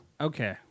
Okay